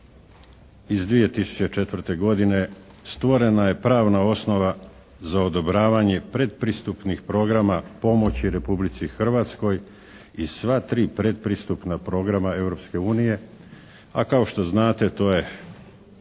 iz 2004. godine stvorena je pravna osnova za odobravanje predpristupnih programa pomoći Republici Hrvatskoj iz sva tri predpristupna programa Europske unije, a kao što znate to je